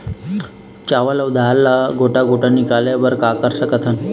चावल अऊ दाल ला गोटा गोटा निकाले बर का कर सकथन?